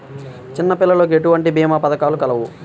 చిన్నపిల్లలకు ఎటువంటి భీమా పథకాలు కలవు?